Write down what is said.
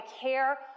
care